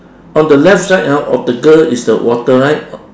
on the left side ha of the girl is the water right